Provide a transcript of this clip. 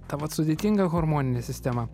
tą vat sudėtingą hormoninę sistemą